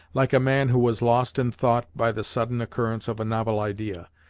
like a man who was lost in thought by the sudden occurrence of a novel idea.